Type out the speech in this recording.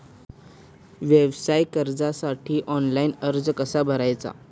व्यवसाय कर्जासाठी ऑनलाइन अर्ज कसा भरायचा?